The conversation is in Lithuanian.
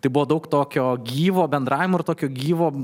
tai buvo daug tokio gyvo bendravimo ir tokio gyvo